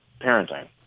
parenting